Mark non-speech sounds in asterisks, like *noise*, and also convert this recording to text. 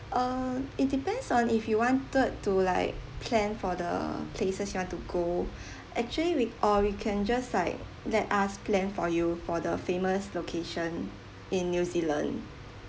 uh it depends on if you wanted to like plan for the places you want to go *breath* actually we uh we can just like let us plan for you for the famous location in new zealand